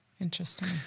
Interesting